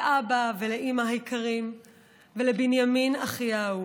לאבא ולאימא היקרים ולבנימין אחי האהוב,